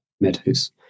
Meadows